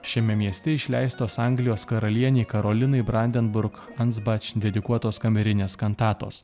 šiame mieste išleistos anglijos karalienei karolinai brandenburgo ansbač dedikuotos kamerinės kantatos